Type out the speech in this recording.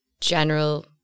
general